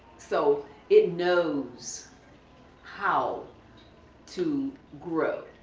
so it knows how to grow.